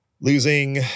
losing